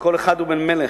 וכל אחד הוא בן מלך.